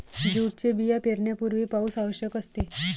जूटचे बिया पेरण्यापूर्वी पाऊस आवश्यक असते